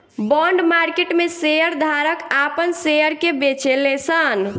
bond market में share धारक आपन शेयर के बेचेले सन